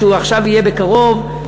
שיהיה בקרוב,